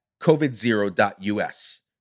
covidzero.us